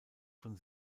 von